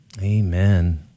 Amen